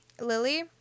Lily